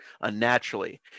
unnaturally